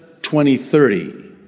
2030